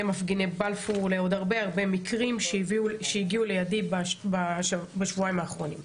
למפגיני בלפור ולעוד הרבה הרבה מקרים שהגיעו לידיי בשבועיים האחרונים.